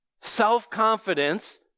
self-confidence